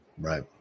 Right